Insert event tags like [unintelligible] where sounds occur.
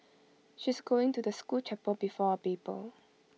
she's going to the school chapel before her [unintelligible]